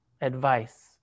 advice